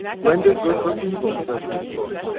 render good for evil says this book,